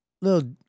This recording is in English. little